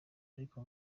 ariko